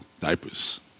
diapers